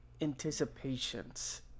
anticipations